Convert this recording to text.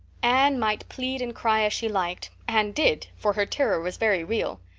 anne might plead and cry as she liked and did, for her terror was very real.